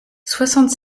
soixante